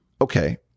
Okay